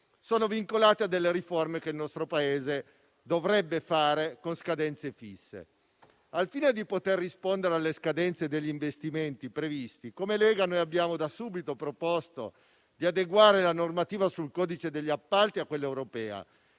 sono vincolati a delle riforme che il nostro Paese dovrebbe fare con scadenze fisse. Al fine di poter rispondere alle scadenze degli investimenti previsti, come Lega abbiamo da subito proposto di adeguare la normativa sul codice degli appalti a quella europea